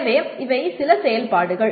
எனவே இவை சில செயல்பாடுகள்